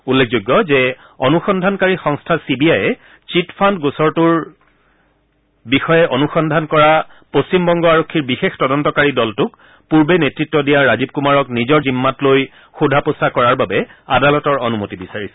উল্লেখযোগ্য যে অনুসন্ধানকাৰী সংস্থা চি বি আইয়ে চিট ফাণ্ড কেলেংকাৰীটোৰ বিষয়ে অনুসন্ধান কৰা পশ্চিমবংগ আৰক্ষীৰ বিশেষ তদন্তকাৰী দলটোক পূৰ্বে নেতৃত্ব দিয়া ৰাজীৱ কুমাৰক নিজৰ জিম্মাত লৈ সোধা পোছা কৰাৰ বাবে আদালতৰ অনুমতি বিচাৰিছিল